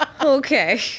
Okay